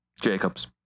Jacobs